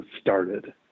started